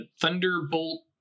Thunderbolt